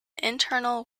internal